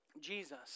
Jesus